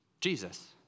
Jesus